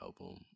album